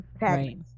right